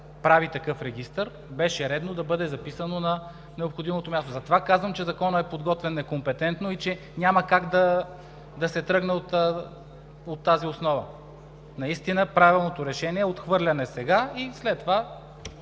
прави такъв регистър, беше редно да бъде записано на необходимото място. Затова казвам, че Законът е подготвен некомпетентно и че няма как да се тръгне от тази основа. Наистина правилното решение е отхвърляне сега и следва